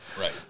Right